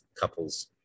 couples